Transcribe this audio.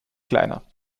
kleiner